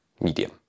medium